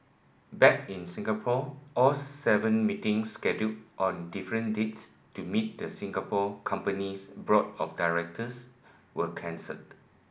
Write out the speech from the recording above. back in Singapore all seven meetings scheduled on different dates to meet the Singapore company's board of directors were cancelled